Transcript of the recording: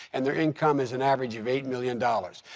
and their income is an average of eight million dollars.